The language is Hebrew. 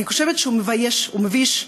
אני חושבת שהוא מבייש, הוא מביש,